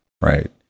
right